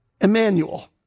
Emmanuel